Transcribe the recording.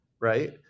Right